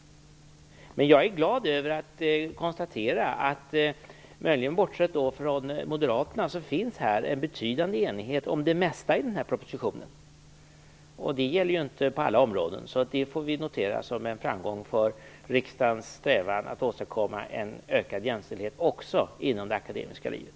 Jag är glad över att konstatera att det här i kammaren - möjligen bortsett från moderaterna - finns en betydande enighet om det mesta i propositionen. Detta gäller ju inte på alla områden, så det får vi notera som en framgång för riksdagens strävan att åstadkomma en ökad jämställdhet också inom det akademiska livet.